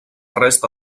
resta